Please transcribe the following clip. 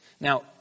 Now